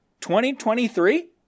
2023